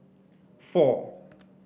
four